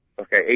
Okay